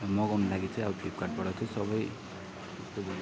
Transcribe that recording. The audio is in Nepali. मगाउन लागि चाहिँ अब फ्लिपकार्टबाट चाहिँ सबै